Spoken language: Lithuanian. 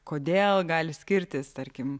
kodėl gali skirtis tarkim